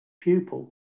pupil